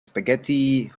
spaghetti